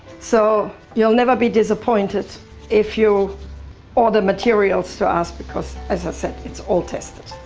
so you'll never be disappointed if you order materials. so ask because as i said it's all tested.